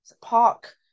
Park